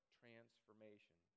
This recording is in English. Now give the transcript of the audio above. transformation